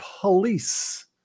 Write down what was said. police